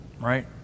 right